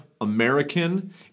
American